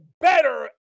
better